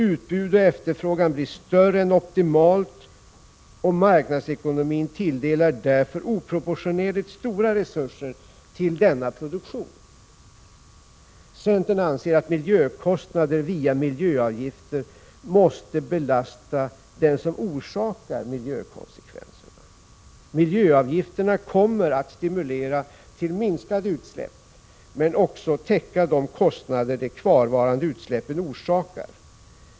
Utbud och efterfrågan blir större än optimalt, och marknadsekonomin tilldelar därför oproportionerligt stora resurser till denna produktion. Centern anser att miljökostnader via miljöavgifter måste belasta den som orsakar dem. Miljöavgifterna kommer att stimulera till minskade utsläpp men också täcka de kostnader som de kvarvarande utsläppen orsakar.